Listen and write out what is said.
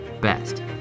best